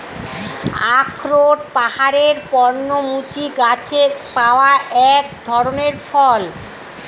আখরোট পাহাড়ের পর্ণমোচী গাছে পাওয়া এক ধরনের ফল